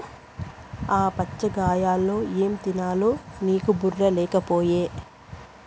ఆ పుచ్ఛగాయలో ఏం తినాలో నీకు బుర్ర లేకపోయె